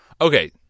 Okay